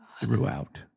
throughout